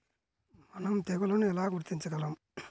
మనం తెగుళ్లను ఎలా గుర్తించగలం?